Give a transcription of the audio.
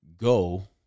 go